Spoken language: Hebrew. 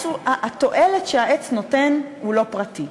התועלת שהעץ נותן היא לא פרטית.